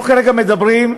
אנחנו כרגע מדברים,